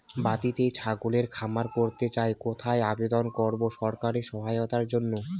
বাতিতেই ছাগলের খামার করতে চাই কোথায় আবেদন করব সরকারি সহায়তার জন্য?